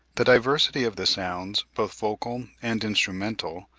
the diversity of the sounds, both vocal and instrumental,